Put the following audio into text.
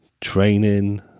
Training